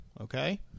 okay